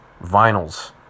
vinyls